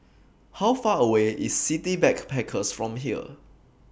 How Far away IS City Backpackers from here